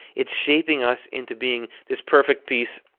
it's shaping us into being this perfect piece,